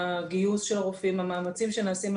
הגיוס של הרופאים, המאמצים שנעשים.